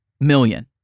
million